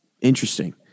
Interesting